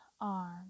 arm